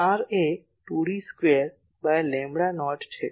R એ 2D square by lambda naught છે